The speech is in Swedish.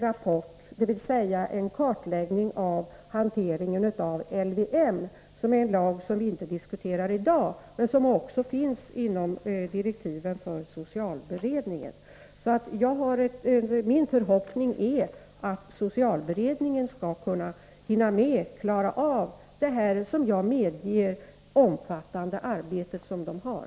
rapport, dvs. en kartläggning av hanteringen av LVM, en lag som vi inte diskuterar i dag men som också finns med i direktiven till socialberedningen. Min förhoppning är att socialberedningen skall hinna med att klara det, som jag medger, omfattande arbete den har.